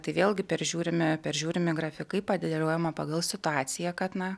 tai vėlgi peržiūrime peržiūrimi grafikai padėliojama pagal situaciją kad na